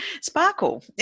sparkle